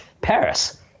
Paris